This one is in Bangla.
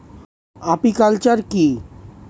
আপিকালচার কি?